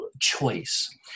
choice